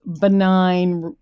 benign